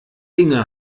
inge